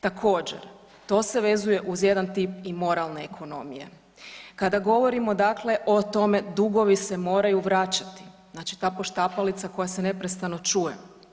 Također, to se vezuje uz jedan tip i moralne ekonomije, kada govorimo o tome dakle, dugovi se moraju vraćati, znači ta poštapalica koja se neprestano čuje.